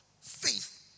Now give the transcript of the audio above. Faith